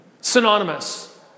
Synonymous